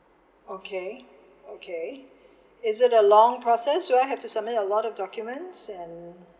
okay okay is it long process do I have to submit a lot of documents and